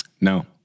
No